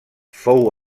fou